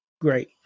Great